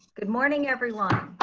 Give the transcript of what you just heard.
good morning, everyone!